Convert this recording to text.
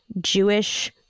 jewish